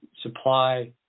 supply